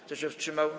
Kto się wstrzymał?